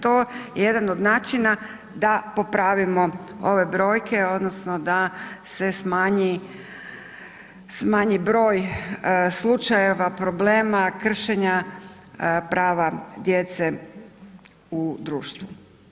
To je jedan on načina da popravimo ove brojke odnosno da se smanji broj slučajeva, problema, kršenja prava djece u društvu.